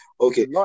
Okay